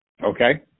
Okay